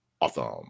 awesome